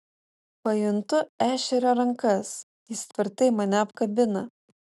pajuntu ešerio rankas jis tvirtai mane apkabina